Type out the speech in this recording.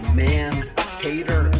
man-hater